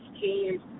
teams